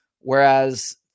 whereas